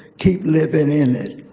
keep living in it.